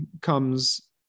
comes